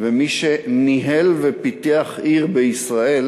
ומי שניהל ופיתח עיר בישראל,